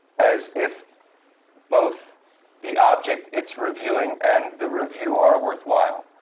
as if both the object it's reviewing and the review are worthwhile,